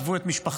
עזבו את משפחתם,